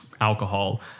Alcohol